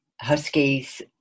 huskies